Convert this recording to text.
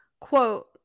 Quote